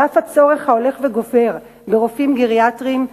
אף הצורך ההולך וגובר ברופאים גריאטרים,